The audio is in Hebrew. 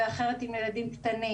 ועם ילדים קטנים